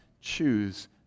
choose